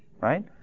right